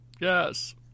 Yes